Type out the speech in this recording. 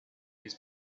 his